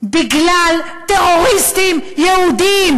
בגלל טרוריסטים יהודים.